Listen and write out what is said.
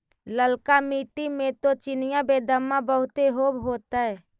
ललका मिट्टी मे तो चिनिआबेदमां बहुते होब होतय?